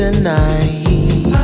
Tonight